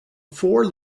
four